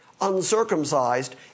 uncircumcised